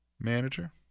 manager